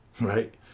right